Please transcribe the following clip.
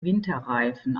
winterreifen